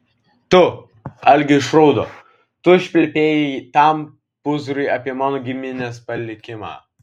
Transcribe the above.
tu algė išraudo tu išplepėjai tam pūzrui apie mano giminės palikimą